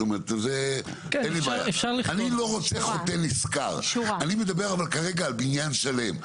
אני לא רוצה --- אני מדבר כרגע על בניין שלם.